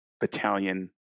battalion